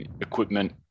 equipment